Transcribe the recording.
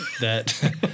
that-